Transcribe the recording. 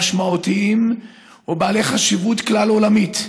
שהם משמעותיים ובעלי חשיבות כלל-עולמית.